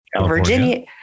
Virginia